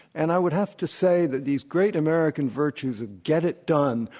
and i would have to say that these great american virtues of get it done,